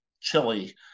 chili